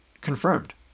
confirmed